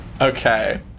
Okay